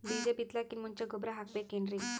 ಬೀಜ ಬಿತಲಾಕಿನ್ ಮುಂಚ ಗೊಬ್ಬರ ಹಾಕಬೇಕ್ ಏನ್ರೀ?